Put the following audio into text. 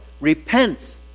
repents